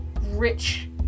rich